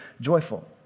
joyful